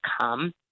come